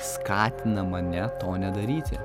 skatina mane to nedaryti